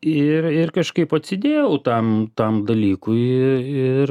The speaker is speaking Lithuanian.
ir ir kažkaip atsidėjau tam tam dalykui ir